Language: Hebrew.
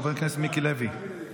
חבר הכנסת מיקי לוי.